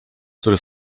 który